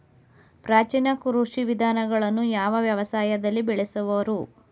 ಪ್ರಾಚೀನ ಕೃಷಿ ವಿಧಾನಗಳನ್ನು ಯಾವ ವ್ಯವಸಾಯದಲ್ಲಿ ಬಳಸುವರು?